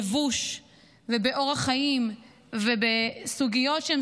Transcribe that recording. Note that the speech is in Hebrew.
או להיות בלבוש ובאורח חיים ובסוגיות שהן